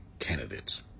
candidates